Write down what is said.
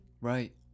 Right